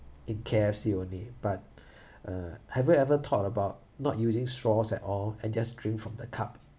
in K_F_C only but uh have you ever thought about not using straws at all and just drink from the cup